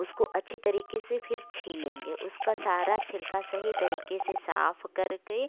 उसको अच्छी तरीके से फिर छिलेंगे उसका सारा छिलका सही तरीके से साफ करके